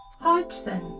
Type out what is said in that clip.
Hodgson